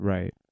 Right